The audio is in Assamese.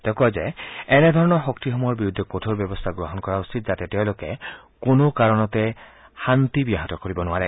তেওঁ কয় যে এনেধৰণৰ শক্তিসমূহৰ বিৰুদ্ধে কঠোৰ ব্যৱস্থা গ্ৰহণ কৰা উচিত যাতে তেওঁলোকে শান্তিত ব্যাঘাত জন্মাব নোৱাৰে